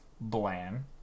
bland